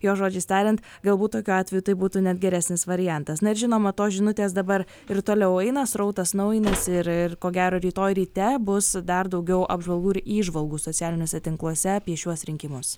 jo žodžiais tariant galbūt tokiu atveju tai būtų net geresnis variantas na ir žinoma tos žinutės dabar ir toliau eina srautas naujinasi ir ir ko gero rytoj ryte bus dar daugiau apžvalgų ir įžvalgų socialiniuose tinkluose apie šiuos rinkimus